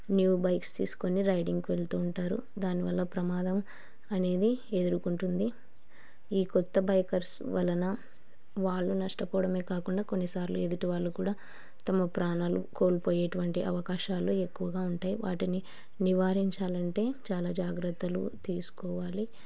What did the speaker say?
new bikes తీసుకొని రైడింగ్కి వెళుతు ఉంటారు దానివల్ల ప్రమాదం అనేది ఎదుర్కొంటుంది ఈ కొత్త బైకర్స్ వలన వాళ్ళు నష్టపోవడమే కాకుండా కొన్నిసార్లు ఎదుటి వాళ్ళు కూడా తమ ప్రాణాలు కోల్పోయేటటువంటి అవకాశాలు ఎక్కువగా ఉంటాయి వాటిని నివారించాలి అంటే చాలా జాగ్రత్తలు తీసుకోవాలి